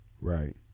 Right